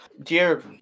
Dear